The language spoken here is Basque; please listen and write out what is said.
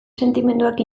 sentimenduak